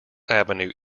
avenue